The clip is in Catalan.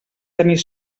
tenir